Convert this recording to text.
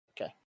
Okay